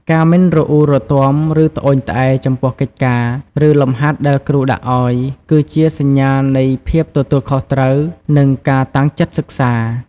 ការ មិនរអ៊ូរទាំ ឬត្អូញត្អែរ ចំពោះកិច្ចការ ឬលំហាត់ដែលគ្រូដាក់ឱ្យ គឺជាសញ្ញានៃភាពទទួលខុសត្រូវ និងការតាំងចិត្តសិក្សា។